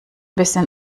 bisschen